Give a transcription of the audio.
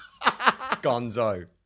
Gonzo